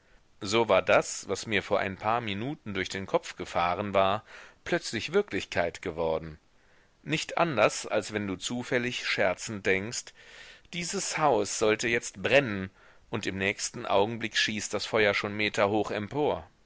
so war das was mir vor ein paar minuten durch den kopf gefahren war plötzlich wirklichkeit geworden nicht anders als wenn du zufällig scherzend denkst dieses haus sollte jetzt brennen und im nächsten augenblick schießt das feuer schon meterhoch empor